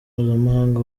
mpuzamahanga